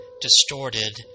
distorted